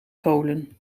kolen